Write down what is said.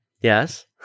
Yes